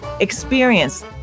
Experience